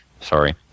Sorry